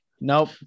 Nope